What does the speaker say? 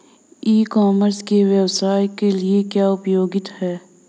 ई commerce के व्यवसाय के लिए क्या उपयोगिता है?